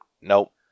nope